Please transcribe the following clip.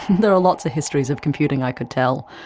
there are lots of histories of computing i could tell,